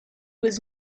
was